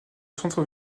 centre